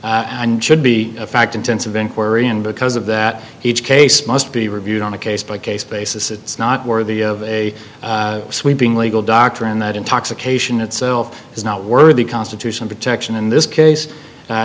and should be a fact intensive inquiry and because of that each case must be reviewed on a case by case basis it's not worthy of a sweeping legal doctrine that intoxication itself is not worthy constitutional protection in this case